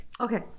Okay